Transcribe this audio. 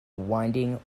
winding